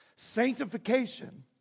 Sanctification